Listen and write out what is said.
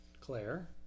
Claire